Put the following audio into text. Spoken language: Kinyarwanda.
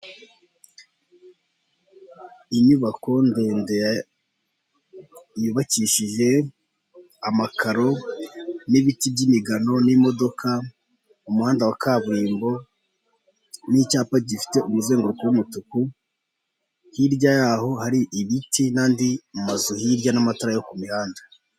Inyubako ndende y'ubakishije amakaro n'ibiti by'imigano n'imodoka, umuhanda wa na kaburimbo n'icyapa gifite umuzenguruko w'umutuku. Hirya yaho hari ibiti n'andi mazu hirya n'amatara yo ku muhanda.